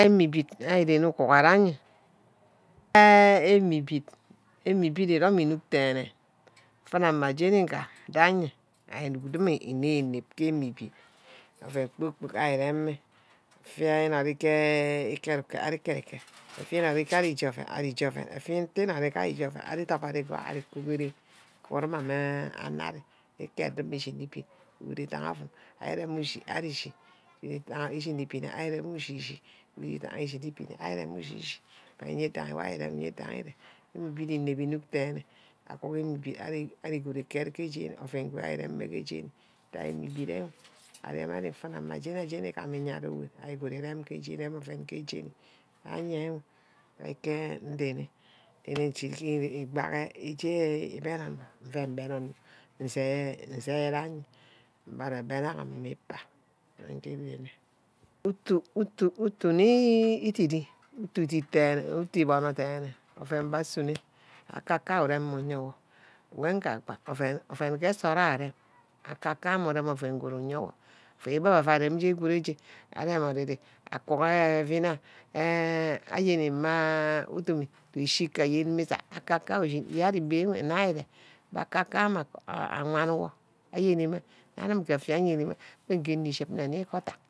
Enibit ari ari ere ne uguraha-nwe, ah enibit, anibit erome inuk derene, mfuna mma j́ení ngam, gaj́e ari înuk înem-înem ke enibít oven kpor-kpork ari rem'me, effia înorî ari eje'oven, ari eje'oven, effía ìte-ínorí je ari eje'oven ari îdoboro igwaha, e ku ke ren mme anor ajot, íket du-du ichi-ni ebin eloin. Igwu îdagha ovum arí rem ushi ari eshi, íshini ibiní ari rem ushhi eshi, oven wa ari erenní owo îdaghin írem enibit înem inuk den-nne, anor gud ari good inuck ke jeni, oven gud írê íreme ke jeni, irem ari nfuna mma jení-jení igam, aringood, ari good erem ke jeni, aye'ke ndene ifu igba ke igbene onor, anim nse anong íme igba wo nge rime, utu utu nni ididheh, utu ididideneh, utu îborno denreh, oven wo asunno akaka jo uremˈme uyowo, oven ke nsoroh owo arem. akaka yo. mme rem oven good îyewo. oven wo abe abba via arem ke sune aj́e agam ordidi. akuho. ayenima udime du-du ayenma ísan. akaka yo ushin, enibit una urem, akaka jo ame awam wo_ayen îme, anem ke fía iyeneme ayen ngor uship nne nni ke adack